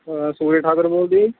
ਸੁਖਵੀਰ ਠਾਕੁਰ ਬੋਲਦੇ ਜੀ